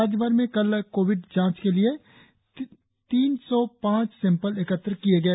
राज्यभर में कल कोविड जांच के लिए तीन सौ पांच सैंपल एकत्र किए गए